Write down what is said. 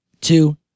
two